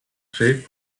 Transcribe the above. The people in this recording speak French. faits